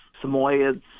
Samoyeds